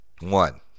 one